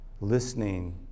listening